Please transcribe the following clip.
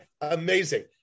Amazing